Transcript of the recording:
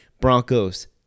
Broncos